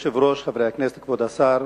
אדוני היושב-ראש, חברי הכנסת, כבוד השר,